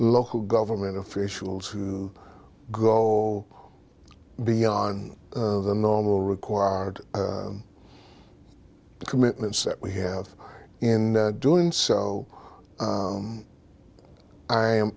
local government officials who go beyond the normal required commitments that we have in doing so i am